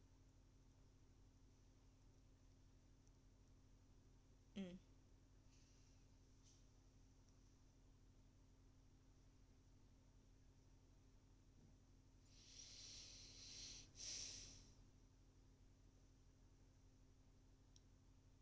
mm